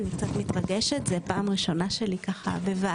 אני קצת מתרגשת, זה פעם ראשונה שלי בוועדה.